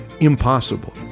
Impossible